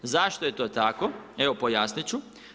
Zašto je to tako, evo pojasnit ću.